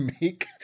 make